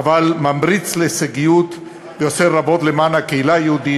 אבל ממריץ להישגיות ועושה רבות למען הקהילה היהודית,